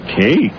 cake